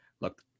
Look